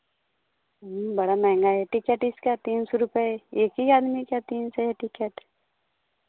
बड़ा महंगा है टिकट इसका तीन सौ रुपये एक ही आदमी का तीन सौ है टिकट